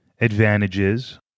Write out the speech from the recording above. advantages